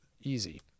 easy